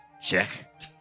check